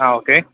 ആ ഓക്കേ